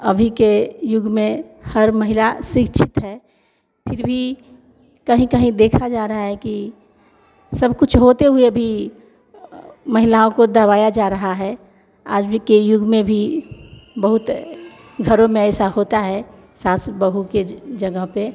अभी के युग में हर महिला शिक्षित है फिर भी कहीं कहीं देखा जा रहा है कि सब कुछ होते हुए भी महिलाओं को दबाया जा रहा है आज के युग में भी बहुत घरों में ऐसा होता है सास बहू के ज जगह पर